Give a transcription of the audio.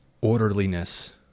orderliness